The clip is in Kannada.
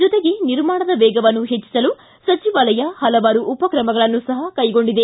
ಜೊತೆಗೆ ನಿರ್ಮಾಣದ ವೇಗವನ್ನು ಹೆಚ್ಚಿಸಲು ಸಚಿವಾಲಯ ಹಲವಾರು ಉಪಕ್ರಮಗಳನ್ನು ಸಹ ಕೈಗೊಂಡಿದೆ